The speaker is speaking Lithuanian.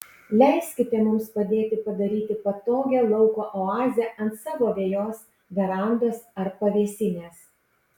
leiskite mums padėti padaryti patogią lauko oazę ant savo vejos verandos ar pavėsinės